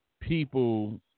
people